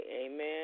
amen